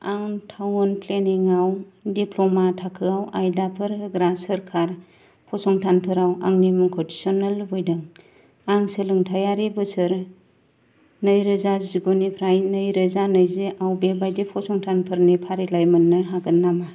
आं टावन प्लेनिंआव दिप्ल'मा थाखोआव आयदाफोर होग्रा सोरकार फसंथानफोराव आंनि मुंखौ थिसन्नो लुबैदों आं सोलोंथायारि बोसोर नैरोजा जिगुनिफ्राय नैरोजा नैजिआव बेबायदि फसंथानफोरनि फारिलाइ मोन्नो हागोन नामा